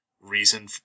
reason